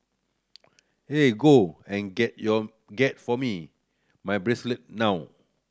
eh go and get your get for me my bracelet now